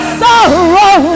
sorrow